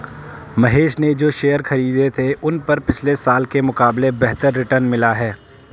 महेश ने जो शेयर खरीदे थे उन पर पिछले साल के मुकाबले बेहतर रिटर्न मिला है